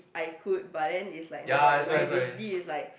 I could but then it's like no my my degree is like